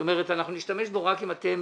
זאת אומרת, אנחנו נשתמש בו רק אם אתם